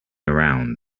around